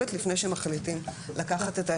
לפני שמחליטים לקחת את הישן.